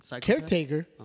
Caretaker